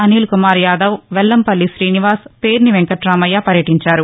అనిల్ కుమార్ యాదవ్ వెల్లంపల్లి శీనివాస్ పేర్ని వెంకటరమయ్య పర్యటించారు